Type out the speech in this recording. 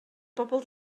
bobl